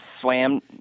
swam